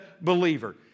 believer